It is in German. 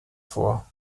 vor